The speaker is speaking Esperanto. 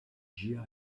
ĝia